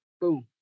boom